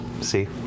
See